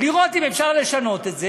לראות אם אפשר לשנות את זה.